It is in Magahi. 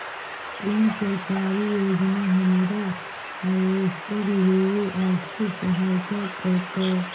कोन सरकारी योजना हमरा हार्वेस्टर लेवे आर्थिक सहायता करतै?